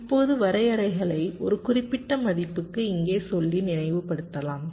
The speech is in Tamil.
இப்போது வரையறைகளை ஒரு குறிப்பிட்ட மதிப்புக்கு இங்கே சொல்லி நினைவுபடுத்தலாம்